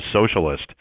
socialist